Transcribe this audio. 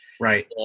Right